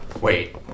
Wait